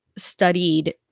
studied